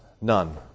none